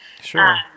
sure